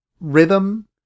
rhythm